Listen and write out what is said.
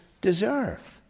deserve